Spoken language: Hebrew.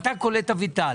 פנתה קולט אביטל.